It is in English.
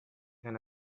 and